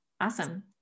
Awesome